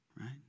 right